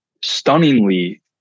stunningly